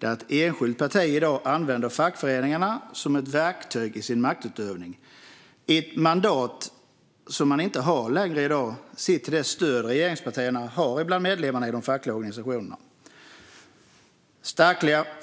Ett enskilt parti använder i dag fackföreningarna som ett verktyg i sin maktutövning. Det är ett mandat som man inte längre har i dag, sett till det stöd regeringspartierna har bland medlemmarna i de fackliga organisationerna.